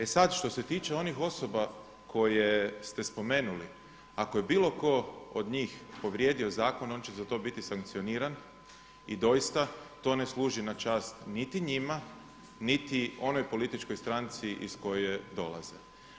E sad što se tiče onih osoba koje ste spomenuli, ako je bilo tko od njih povrijedio zakon on će za to biti sankcioniran i doista to ne služi na čast niti njima niti onoj političkoj stranci iz koje dolaze.